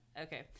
okay